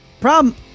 Problem